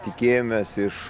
tikėjomės iš